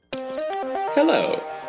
Hello